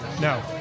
no